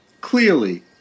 Clearly